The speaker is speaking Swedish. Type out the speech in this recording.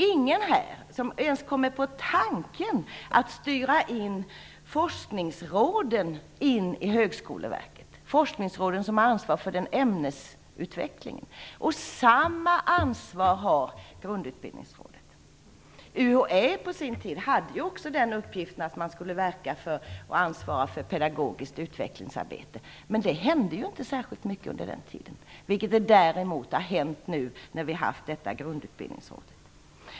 Ingen här kommer väl ens på tanken att styra forskningsråden, som har ansvaret för ämnesutvecklingen, in i Högskoleverket. Samma ansvar har Grundutbildningsrådet. UHÄ hade på sin tid uppgiften att verka och ansvara för pedagogiskt utvecklingsarbete. Men det hände inte särskilt mycket under den tiden. Däremot har det hänt mycket under den tid vi haft Grundutbildningsrådet.